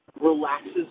relaxes